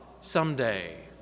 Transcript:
someday